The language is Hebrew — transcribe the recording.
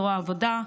זרוע העבודה,